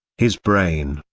his brain,